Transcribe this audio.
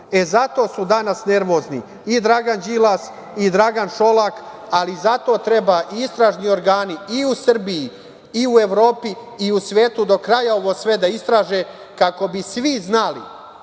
zato su danas nervozni i Dragan Đilas i Dragan Šolak i zato treba istražni organi i u Srbiji i u Evropi i u svetu do kraja ovo sve da istraže kako bi svi znali